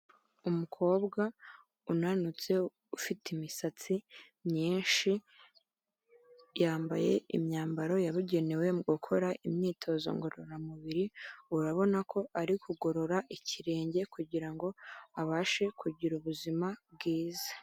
Umukobwa unanutse ufite imisatsi myinshi yambaye imyambaro yabugenewe mu gukora imyitozo ngororamubiri, urabona ko ari kugorora ikirenge kugira ngo abashe kugira ubuzima bwiza.